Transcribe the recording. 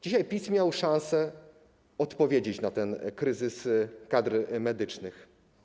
Dzisiaj PiS miał szansę odpowiedzieć na ten kryzys kadr medycznych.